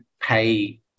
pay